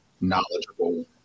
knowledgeable